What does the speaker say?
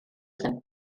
zen